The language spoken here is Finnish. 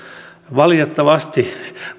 valitettavasti